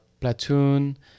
Platoon